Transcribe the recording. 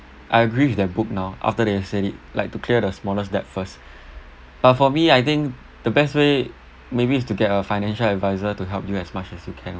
I agree with that book now after they said it like to clear the smallest the first but for me I think the best way maybe is to get a financial advisor to help you as much as you can also